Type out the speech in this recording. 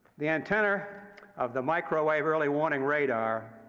the antenna of the microwave early warning radar,